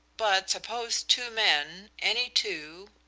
but suppose two men, any two,